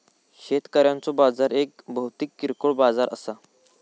शेतकऱ्यांचो बाजार एक भौतिक किरकोळ बाजार असा